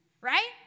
right